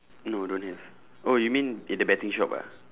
no don't have oh you mean in the betting shop ah